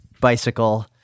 bicycle